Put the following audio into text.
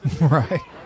Right